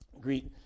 Greet